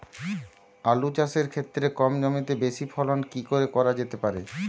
আলু চাষের ক্ষেত্রে কম জমিতে বেশি ফলন কি করে করা যেতে পারে?